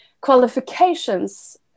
qualifications